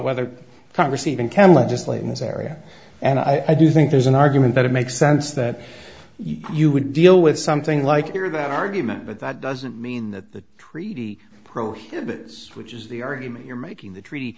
whether congress even can legislate in this area and i do think there's an argument that it makes sense that you would deal with something like your that argument but that doesn't mean that the treaty prohibits which is the argument you're making the treaty